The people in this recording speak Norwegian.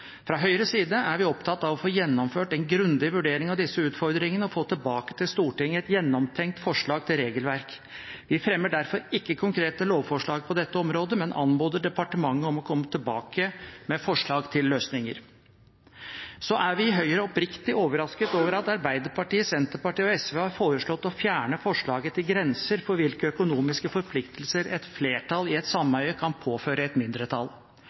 Fra Høyres side er vi opptatt av å få gjennomført en grundig vurdering av disse utfordringene og få tilbake til Stortinget et gjennomtenkt forslag til regelverk. Vi fremmer derfor ikke konkrete lovforslag på dette området, men anmoder departementet om å komme tilbake med forslag til løsninger. Så er vi i Høyre oppriktig overrasket over at Arbeiderpartiet, Senterpartiet og SV har foreslått å fjerne forslaget til grenser for hvilke økonomiske forpliktelser et flertall i et sameie kan påføre et mindretall.